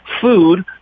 food